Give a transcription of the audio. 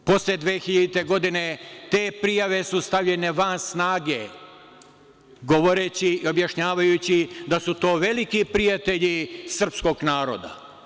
Posle 2000. godine te prijave su stavljene van snage govoreći, objašnjavajući da su to veliki prijatelji srpskog naroda.